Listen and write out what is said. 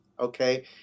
okay